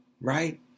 right